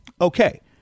okay